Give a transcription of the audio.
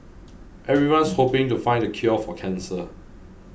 everyone's hoping to find the cure for cancer